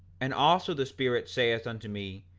and also the spirit saith unto me,